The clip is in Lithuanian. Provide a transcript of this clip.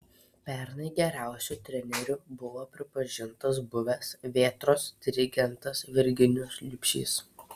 pernai geriausiu treneriu buvo pripažintas buvęs vėtros dirigentas virginijus liubšys